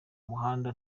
muhanda